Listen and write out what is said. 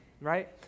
right